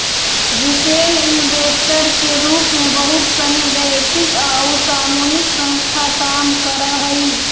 retail investor के रूप में बहुत सनी वैयक्तिक आउ सामूहिक संस्था काम करऽ हइ